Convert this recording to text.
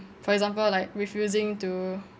for example like refusing to